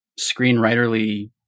screenwriterly